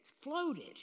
floated